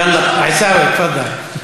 יאללה, עיסאווי, תפאדל.